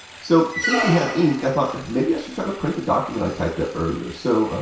so, since we have ink. i thought, maybe i should try to print the document i typed up earlier. so,